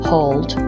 Hold